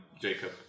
jacob